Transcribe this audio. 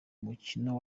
mukino